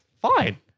fine